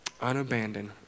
Unabandoned